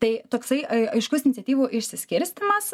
tai toksai ai aiškus iniciatyvų išsiskirstymas